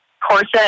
corset